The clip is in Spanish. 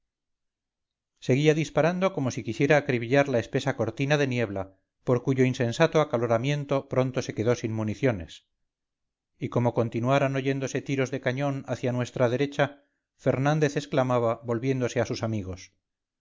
seguía disparando como si quisiera acribillar la espesa cortina de niebla por cuyo insensato acaloramiento pronto se quedó sin municiones y como continuaran oyéndose tiros de cañón hacia nuestra derecha fernández exclamaba volviéndose a sus amigos